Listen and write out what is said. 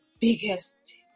biggest